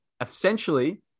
Essentially